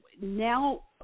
now